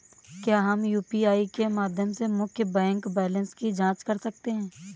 क्या हम यू.पी.आई के माध्यम से मुख्य बैंक बैलेंस की जाँच कर सकते हैं?